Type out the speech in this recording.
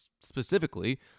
specifically